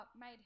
made